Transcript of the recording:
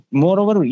moreover